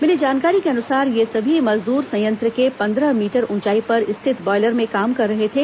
मिली जानकारी के अनुसार ये सभी मजदूर संयंत्र के पंद्रह मीटर ऊंचाई पर स्थित बायलर पर काम कर रहे थे